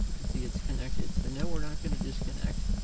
can see it's connected, so no we're not gonna disconnect.